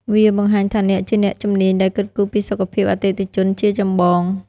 វាបង្ហាញថាអ្នកជាអ្នកជំនាញដែលគិតគូរពីសុខភាពអតិថិជនជាចម្បង។